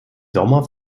sommer